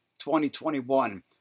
2021